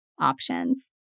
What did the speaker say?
options